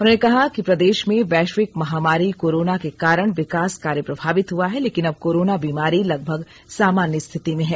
उन्होंने कहा कि प्रदेश में वैश्विक महामारी कोरोना के कारण विकास कार्य प्रभावित हुआ है लेकिन अब कोरोना बीमारी लगभग सामान्य स्थिति में है